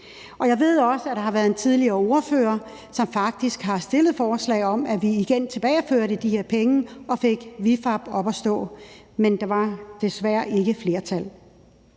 Jeg ved også, at der har været en tidligere ordfører, som faktisk har stillet forslag om, at vi igen tilbageførte de her penge og fik ViFAB op at stå, men der var desværre ikke flertal